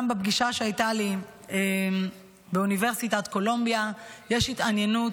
גם בפגישה שהייתה לי באוניברסיטת קולומביה יש התעניינות